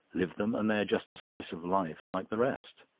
live them, and they are just a slice of life like the rest.